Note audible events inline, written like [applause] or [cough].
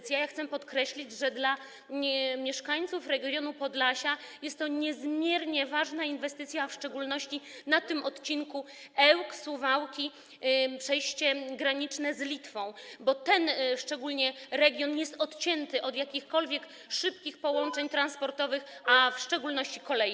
Chcę podkreślić, że dla mieszkańców regionu Podlasia jest to niezmiernie ważna inwestycja, a w szczególności na odcinku Ełk - Suwałki - przejście graniczne z Litwą, bo szczególnie ten region jest odcięty od jakichkolwiek szybkich połączeń [noise] transportowych, a w szczególności kolei.